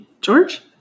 george